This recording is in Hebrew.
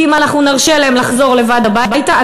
כי אם אנחנו נרשה להם לחזור לבד הביתה,